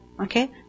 Okay